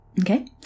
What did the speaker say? Okay